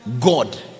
God